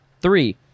three